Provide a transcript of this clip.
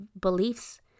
beliefs